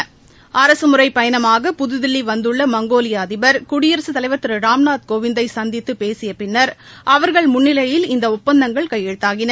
அரகமுறைப் பயணமாக புதுதில்லி வந்துள்ள மங்கோலிய அதிபர் குடியரசுத் தலைவர் திரு ராம்நாத் கோவிந்தை சந்தித்து பேசிய பின்னர் அவர்கள் முன்னிலையில் இந்த ஒப்பந்தங்கள் கையெழுத்தாகின